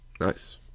Nice